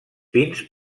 pins